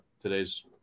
today's